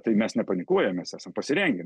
tai mes nepanikuojam mes esam pasirengę